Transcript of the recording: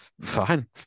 Fine